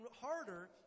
harder